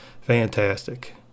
Fantastic